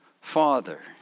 Father